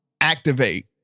Activate